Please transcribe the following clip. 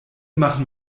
machen